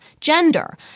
gender